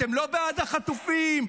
אתם לא בעד החטופים,